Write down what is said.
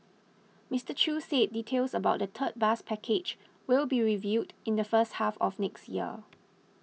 Mister Chew said details about the third bus package will be revealed in the first half of next year